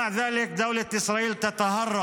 עם זאת, מדינת ישראל מתחמקת